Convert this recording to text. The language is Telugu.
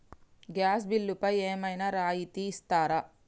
గ్యాస్ బిల్లుపై ఏమైనా రాయితీ ఇస్తారా?